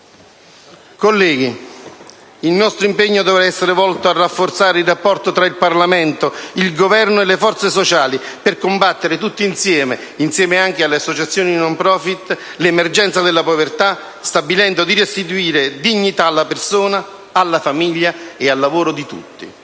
Colleghi, il nostro impegno dovrà essere volto a rafforzare il rapporto tra il Parlamento, il Governo e le forze sociali per combattere tutti insieme, anche insieme alle associazioni *non profit*, l'emergenza della povertà, stabilendo di restituire dignità alla persona, alla famiglia e al lavoro di tutti: